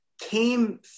came